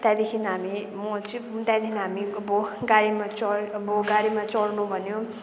त्यहाँदेखि हामी म चाहिँ त्यहाँदेखि हामी अब गाडीमा चढेर अब गाडीमा चढ्नु भन्यो